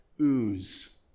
ooze